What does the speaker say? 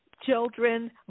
children